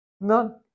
None